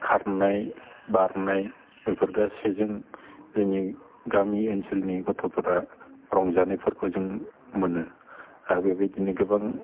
खारनाय बारनाय बेफोर गासैजों जोंनि गामि ओनलोलनि गथ'फोरा रंजानायफोरखौ जों मोनो आरो बे बायदिनो गोबां